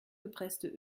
gepresste